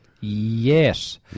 Yes